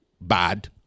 bad